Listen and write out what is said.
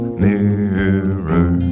mirror